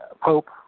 Pope